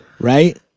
Right